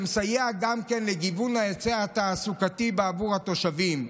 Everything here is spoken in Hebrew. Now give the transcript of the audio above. שמסייע גם כן לגיוון ההיצע התעסוקתי בעבור התושבים.